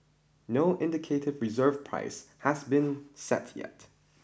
no indicative reserve price has been set yet